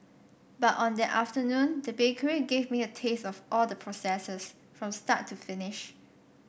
but on that afternoon the bakery gave me a taste of all the processes from start to finish